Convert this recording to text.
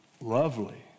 lovely